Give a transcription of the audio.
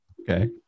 Okay